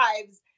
lives